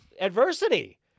adversity